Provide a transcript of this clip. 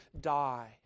die